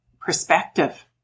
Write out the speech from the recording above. perspective